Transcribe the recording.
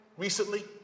Recently